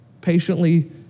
patiently